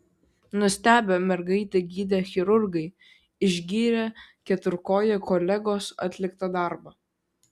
nustebę mergaitę gydę chirurgai išgyrė keturkojo kolegos atliktą darbą